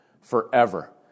forever